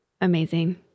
Amazing